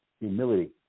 humility